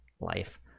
life